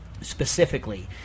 specifically